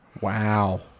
Wow